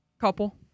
Couple